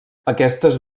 aquestes